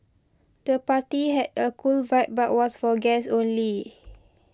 the party had a cool vibe but was for guests only